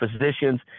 physicians